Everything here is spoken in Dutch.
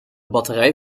batterij